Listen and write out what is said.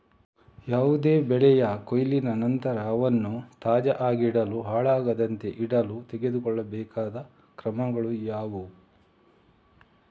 ಯಾವುದೇ ಬೆಳೆಯ ಕೊಯ್ಲಿನ ನಂತರ ಅವನ್ನು ತಾಜಾ ಆಗಿಡಲು, ಹಾಳಾಗದಂತೆ ಇಡಲು ತೆಗೆದುಕೊಳ್ಳಬೇಕಾದ ಕ್ರಮಗಳು ಯಾವುವು?